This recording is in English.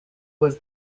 was